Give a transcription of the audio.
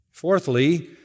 Fourthly